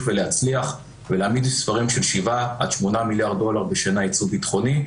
ולהצליח ולהעמיד מספרים של שבעה עד שמונה מיליארד דולר בשנה ייצוא ביטחוני,